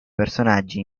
personaggi